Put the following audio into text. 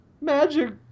Magic